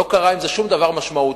לא קרה עם זה שום דבר משמעותי,